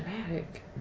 dramatic